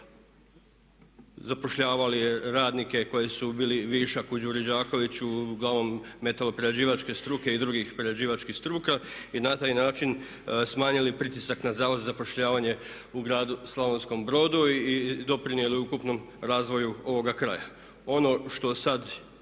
zapošljavali radnike koji su bili višak u Đuri Đakoviću uglavnom metaloprerađivačke struke i drugih prerađivačkih struka. I na taj način smanjili pritisak na Zavod za zapošljavanje u gradu Slavonskom Brodu i doprinijeli ukupnom razvoju ovoga kraja.